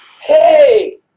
hey